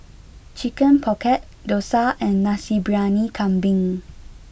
Chicken Pocket Dosa and Nasi Briyani Kambing